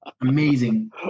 amazing